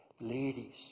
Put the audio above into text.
ladies